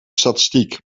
statistiek